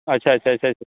ᱟᱪᱪᱷᱟ ᱪᱷᱟ ᱪᱷᱟ